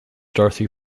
dorothy